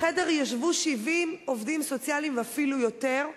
בחדר ישבו 70 עובדים סוציאליים ואפילו יותר,